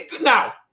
now